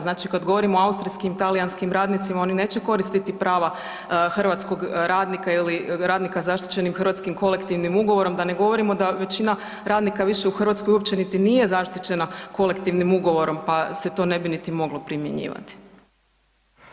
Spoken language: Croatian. Znači kada govorimo o austrijskim, talijanskim radnicima oni neće koristiti prava hrvatskog radnika ili radnika zaštićenih hrvatskim kolektivnim ugovorom, da ne govorimo da većina radnika više u Hrvatskoj uopće nije niti zaštićena kolektivnim ugovorom pa se to ne bi niti moglo primjenjivati.